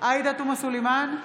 עאידה תומא סלימאן,